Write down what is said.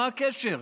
מה הקשר?